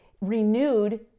renewed